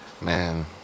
Man